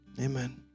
Amen